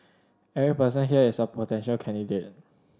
every person here is a potential candidate